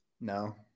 No